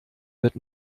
wird